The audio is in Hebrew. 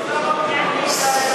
שר הביטחון דהיום.